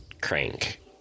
Crank